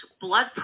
blood